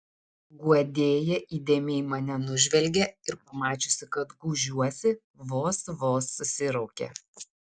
guodėja įdėmiai mane nužvelgė ir pamačiusi kad gūžiuosi vos vos susiraukė